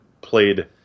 played